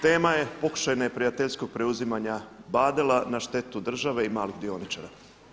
Tema je pokušaj neprijateljskog preuzimanja Badela na štetu države i malih dioničara.